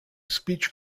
speech